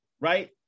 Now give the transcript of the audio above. right